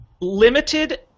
limited